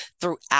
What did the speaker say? throughout